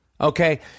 Okay